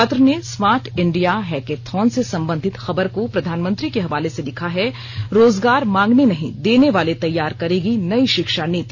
पत्र ने smart India hackathon से संबंधित खबर को प्रधानमंत्री के हवाले से लिखा है रोजगार मांगने नहीं देने वाले तैयार करेगी नई शिक्षा नीति